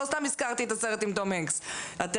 אני לא סתם הזכרתי את הסרט עם טום הנקס על טרמינל.